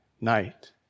night